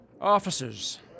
Officers